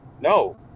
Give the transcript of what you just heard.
no